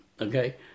Okay